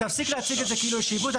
תפסיק להציג את כאילו יש עיוות.